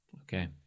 Okay